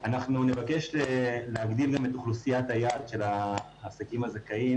אנחנו נבקש גם להגדיל את אוכלוסיית היעד של העסקים הזכאים